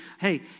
Hey